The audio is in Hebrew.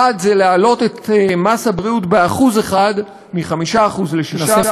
1. להעלות את מס הבריאות ב-1% מ-5% ל-6% נסה,